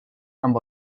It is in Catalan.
amb